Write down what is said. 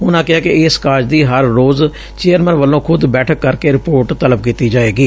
ਉਨਾਂ ਕਿਹੈ ਕਿ ਇਸ ਕਾਰਜ ਦੀ ਹਰ ਰੋਜ਼ ਚੇਅਰਮੈਨ ਵੱਲੋਂ ਖੁਦ ਬੈਠਕ ਕਰਕੇ ਰਿਪੋਰਟ ਤਲਬ ਕੀਤੀ ਜਾਵੇਗੀ